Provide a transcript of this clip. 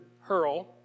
hurl